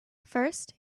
first